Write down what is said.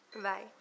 Bye